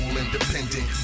independent